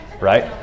right